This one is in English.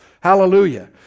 Hallelujah